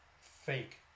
fake